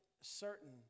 certain